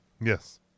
Yes